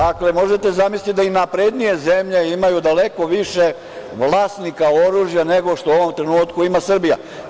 Dakle, možete zamisliti da i naprednije zemlje imaju daleko više vlasnika oružja nego što u ovom trenutku ima Srbija.